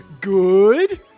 Good